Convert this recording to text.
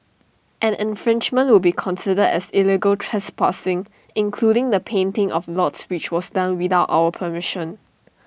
any infringement will be considered as illegal trespassing including the painting of lots which was done without our permission